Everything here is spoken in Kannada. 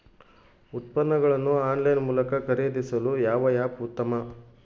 ಉತ್ಪನ್ನಗಳನ್ನು ಆನ್ಲೈನ್ ಮೂಲಕ ಖರೇದಿಸಲು ಯಾವ ಆ್ಯಪ್ ಉತ್ತಮ?